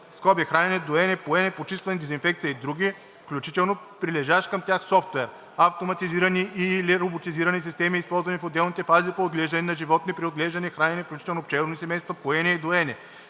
животни (хранене, доене, поене, почистване, дезинфекция и други), включително прилежащ към тях софтуер. Автоматизирани и/или роботизирани системи, използвани в отделните фази по отглеждане на животни при отглеждане, хранене, вкл. пчелни семейства, поене и доене